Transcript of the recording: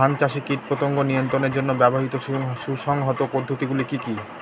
ধান চাষে কীটপতঙ্গ নিয়ন্ত্রণের জন্য ব্যবহৃত সুসংহত পদ্ধতিগুলি কি কি?